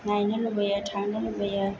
नायनो लुबैयो थांनो लुबैयो